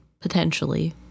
potentially